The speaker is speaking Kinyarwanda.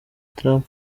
trump